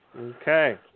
Okay